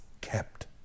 kept